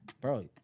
bro